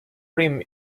rim